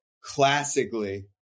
classically